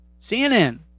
CNN